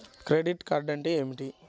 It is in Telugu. క్రెడిట్ కార్డ్ అంటే ఏమిటి?